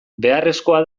beharrezkoa